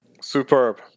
Superb